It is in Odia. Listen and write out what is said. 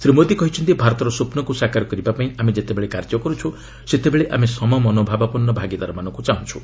ଶ୍ରୀ ମୋଦି କହିଛନ୍ତି ଭାରତର ସ୍ୱପ୍ନକୁ ସାକାର କରିବା ପାଇଁ ଆମେ ଯେତେବେଳେ କାର୍ଯ୍ୟ କରୁଛୁ ସେତେବେଳେ ଆମେ ସମମନୋଭାବାପନ୍ନ ଭାଗିଦାରମାନଙ୍କୁ ଚାହୁଁଛୁ